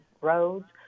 roads